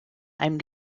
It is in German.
einem